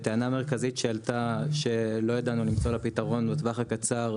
טענה מרכזית שעלתה ולא ידענו למצוא לה פתרון בטווח הקצר,